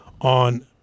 on